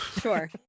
sure